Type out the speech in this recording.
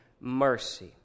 mercy